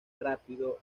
rápido